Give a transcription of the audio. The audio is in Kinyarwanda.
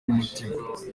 n’umutima